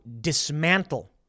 dismantle